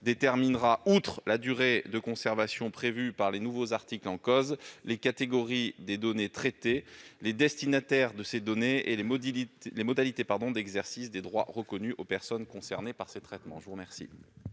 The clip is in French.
déterminera, outre la durée de conservation prévue par les nouveaux articles en cause, les catégories de données traitées, les destinataires de ces données et les modalités d'exercice des droits reconnus aux personnes concernées par ces traitements. Le sous-amendement